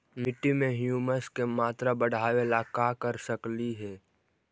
मिट्टी में ह्यूमस के मात्रा बढ़ावे ला का कर सकली हे?